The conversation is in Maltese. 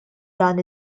dan